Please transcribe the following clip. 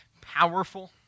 powerful